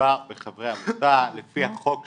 מדובר בחברי עמותה, לפי החוק שלנו,